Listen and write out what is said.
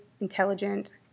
intelligent